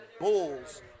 bulls